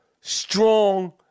strong